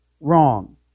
wrong